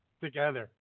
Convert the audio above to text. Together